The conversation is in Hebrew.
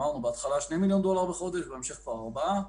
בהתחלה של 2 מיליון דולר בחודש, בהמשך כבר 4,